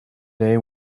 day